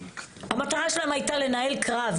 המטרה שלהם הייתה לנהל קרב.